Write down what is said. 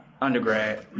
undergrad